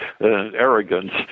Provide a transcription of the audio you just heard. arrogance